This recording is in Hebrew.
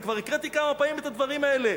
אני כבר הקראתי כמה פעמים את הדברים האלה,